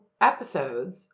episodes